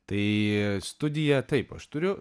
tai studiją taip aš turiu